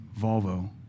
Volvo